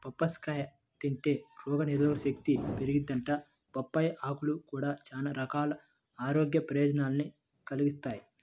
బొప్పాస్కాయ తింటే రోగనిరోధకశక్తి పెరిగిద్దంట, బొప్పాయ్ ఆకులు గూడా చానా రకాల ఆరోగ్య ప్రయోజనాల్ని కలిగిత్తయ్